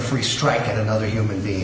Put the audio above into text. free strike another human being